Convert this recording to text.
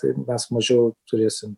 tai mes mažiau turėsim